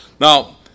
Now